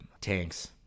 tanks